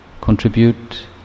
contribute